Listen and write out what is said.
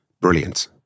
Brilliant